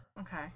Okay